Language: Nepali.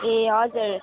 ए हजुर